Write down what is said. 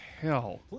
hell